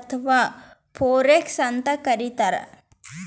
ಅಥವಾ ಫೋರೆಕ್ಸ್ ಅಂತ್ ಕರಿತಾರ್